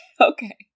Okay